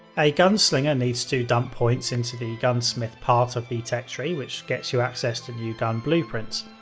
a gunslinger needs to dump points into the gunsmith part of the tech tree which gets you access to new gun blueprints.